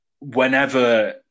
whenever